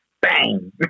Bang